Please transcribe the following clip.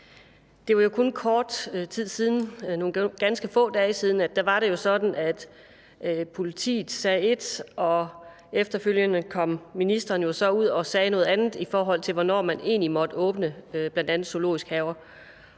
Det er jo kun kort tid siden, nogle ganske få dage siden, at det var sådan, at politiet sagde ét, og så kom ministeren ud efterfølgende og sagde noget andet i forhold til, hvornår man egentlig måtte åbne bl.a. zoologiske haver.